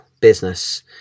business